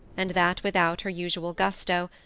and that without her usual gusto,